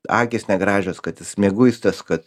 akys negražios kad jis mieguistas kad